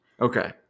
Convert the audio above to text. okay